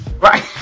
Right